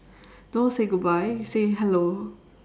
don't say goodbye say hello